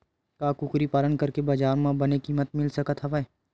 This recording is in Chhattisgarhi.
का कुकरी पालन करके बजार म बने किमत मिल सकत हवय?